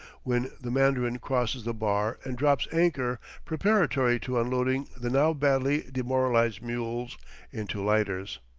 when the mandarin crosses the bar and drops anchor preparatory to unloading the now badly demoralized mules into lighters.